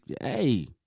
hey